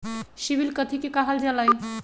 CIBIL कथि के काहल जा लई?